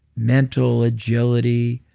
mental agility,